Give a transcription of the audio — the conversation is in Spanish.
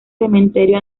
cementerio